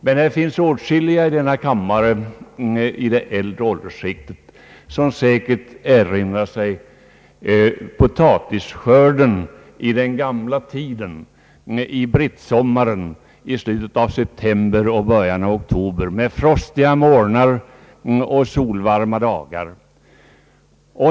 Men det finns åtskilliga i denna kammare i det äldre åldersskiktet som säkert erinrar sig potatisskörden i den gamla tiden, under brittsommaren i slutet av september och början av oktober, med frostiga mornar och solvarma dagar.